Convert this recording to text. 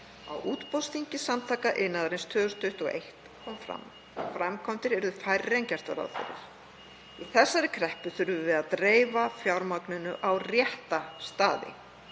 Á útboðsþingi Samtaka iðnaðarins 2021 kom fram að framkvæmdir urðu færri en gert var ráð fyrir. Í þessari kreppu þurfum við að dreifa fjármagninu á rétta staði.